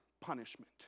punishment